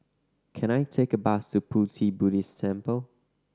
can I take a bus to Pu Ti Buddhist Temple